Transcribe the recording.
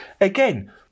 again